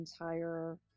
entire